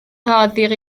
roddir